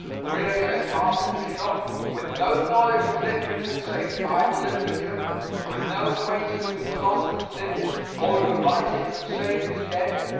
reared in a carpenter shop with no knowledge of literature, save bible literature with no acquaintance with philosophers living or with the writings of sages dead,